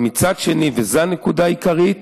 אבל מצד שני, וזו הנקודה העיקרית,